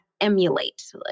emulate